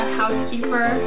housekeeper